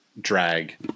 drag